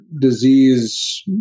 disease